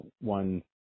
one